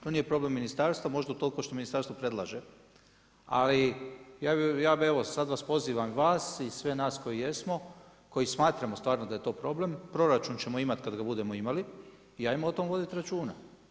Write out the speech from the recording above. To nije problem ministarstva možda utoliko što ministarstvo predlaže, ali ja bi evo sada vas pozivam i vas i sve nas koji jesmo koji smatramo da je to problem, proračun ćemo imati kada ga budemo imali i ajmo o tom voditi računa.